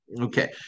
Okay